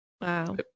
wow